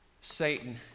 Satan